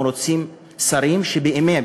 אנחנו רוצים שרים שבאמת